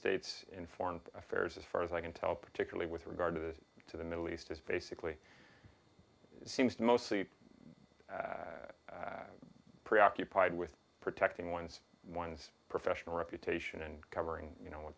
states in foreign affairs as far as i can tell particularly with regard to the to the middle east is basically seems mostly preoccupied with protecting one's one's professional reputation and covering you know